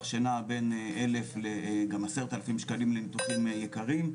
שנע בין 1,000 לגם 10,000 שקלים לניתוחים יקרים,